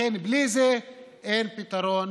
לכן, בלי זה אין פתרון